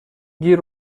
گیر